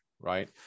right